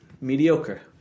Mediocre